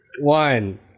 one